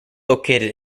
located